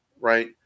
right